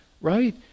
right